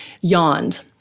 yawned